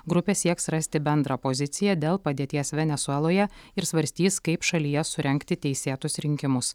grupė sieks rasti bendrą poziciją dėl padėties venesueloje ir svarstys kaip šalyje surengti teisėtus rinkimus